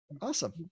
Awesome